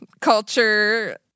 culture